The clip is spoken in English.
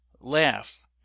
laugh